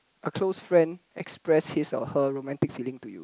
a close friend express his or her romantic feeling to you